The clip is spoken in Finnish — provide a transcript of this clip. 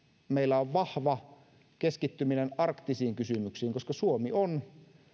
meillä on vahva keskittyminen arktisiin kysymyksiin koska suomi on